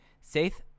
safe